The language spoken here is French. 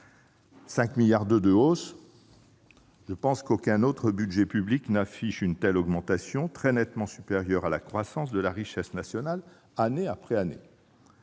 rapport à 2019. Je pense qu'aucun autre budget public n'affiche une telle augmentation, très nettement supérieure à la croissance de la richesse nationale, année après année.